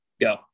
go